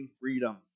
freedom